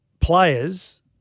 players